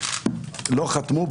לא חתמו,